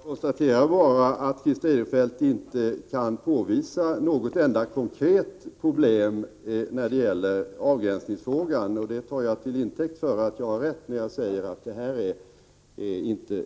Herr talman! Jag konstaterar bara att Christer Eirefelt inte kan påvisa något enda konkret problem när det gäller avgränsningsfrågan. Det tar jag till intäkt för att jag har rätt när jag säger att det här